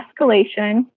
escalation